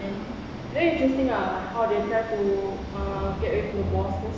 and very interesting lah how they plan to uh get rid of the boss cause